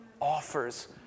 offers